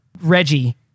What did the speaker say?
Reggie